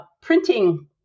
printing